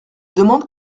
demande